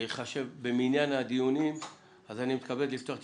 זה יחשב במניין הדיונים, אז אני מתכבד לפתוח את